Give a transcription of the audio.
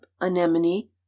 anemone